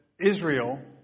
Israel